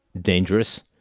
dangerous